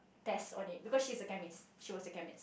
test on it because she's a chemist she was a chemist